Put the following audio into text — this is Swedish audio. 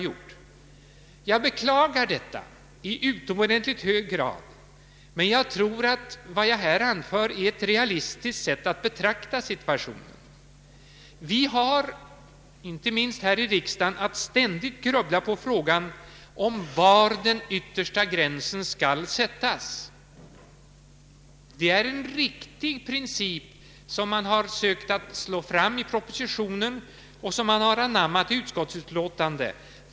Jag beklagar detta i utomordentligt hög grad, men jag tror att vad jag här anfört är ett realistiskt sätt att betrakta situationen. Vi har inte minst här i riksdagen att ständigt grubbla på frågan om var den yttersta gränsen skall sättas. Det är en riktig princip som man har sökt få fram i propositionen och som har anammats i utskottsutlåtandet.